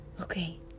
Okay